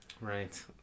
Right